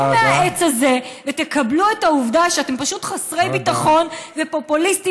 תרדו מהעץ הזה ותקבלו את העובדה שאתם פשוט חסרי ביטחון ופופוליסטים,